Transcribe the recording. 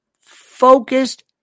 focused